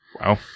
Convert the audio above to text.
Wow